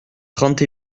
trente